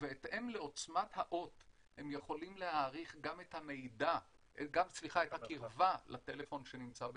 ובהתאם לעוצמת האות הם יכולים להעריך גם את הקירבה לטלפון שנמצא בקרבתם.